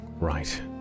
Right